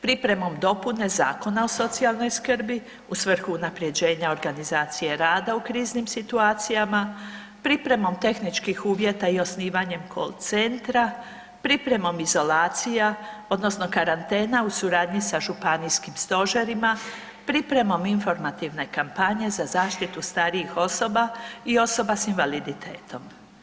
Pripremom dopune Zakona o socijalnoj skrbi u svrhu unapređenja organizacije rada u kriznim situacijama, pripremom tehničkih uvjeta i osnivanjem kol centra, pripremom izolacija odnosno karantena u suradnji sa županijskim stožerima, pripremom informativne kampanje za zaštitu starijih osoba i osoba s invaliditetom.